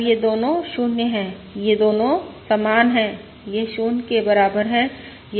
अब ये दोनों 0 हैं ये दोनों समान हैं यह 0 के बराबर है